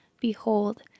Behold